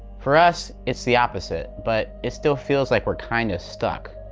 for us, it's the opposite, but it still feels like we're kind of stuck,